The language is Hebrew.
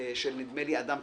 של נדמה לי "אדם,